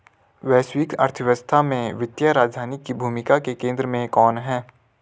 वैश्विक अर्थव्यवस्था में वित्तीय राजधानी की भूमिका के केंद्र में कौन है?